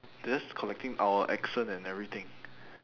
they're just collecting our accent and everything